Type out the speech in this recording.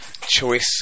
choice